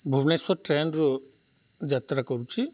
ଭୁବନେଶ୍ୱର ଟ୍ରେନ୍ରୁ ଯାତ୍ରା କରୁଛିି